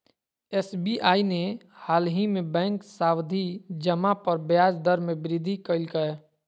SBI ने हालही में बैंक सावधि जमा पर ब्याज दर में वृद्धि कइल्कय